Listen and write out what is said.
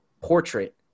portrait